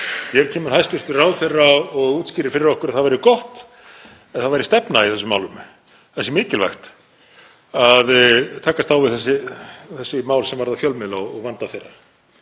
Hér kemur hæstv. ráðherra og útskýrir fyrir okkur að það væri gott ef það væri stefna í þessum málum, það sé mikilvægt að takast á við þessi mál sem varða fjölmiðla og vanda þeirra.